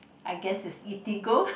I guess is Eatigo